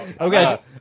okay